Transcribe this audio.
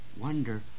wonder